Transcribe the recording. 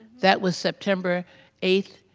that was september eight,